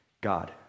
God